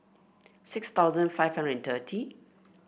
six thousand five hundred and thirty